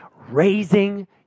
Raising